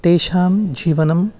तेषां जीवनम्